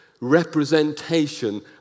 representation